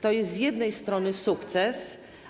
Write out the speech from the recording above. To jest z jednej strony sukces.